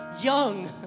young